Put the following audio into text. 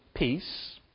Peace